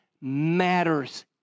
matters